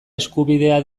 eskubidea